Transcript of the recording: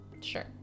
Sure